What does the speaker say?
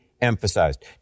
emphasized